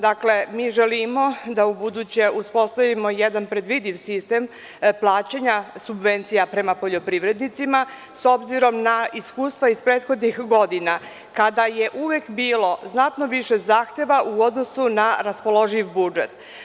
Dakle, mi želimo da ubuduće uspostavimo jedan predvidiv sistem plaćanja subvencija prema poljoprivrednicima, s obzirom na iskustva iz prethodnih godina kada je uvek bilo znatno više zahteva u odnosu na raspoloživ budžet.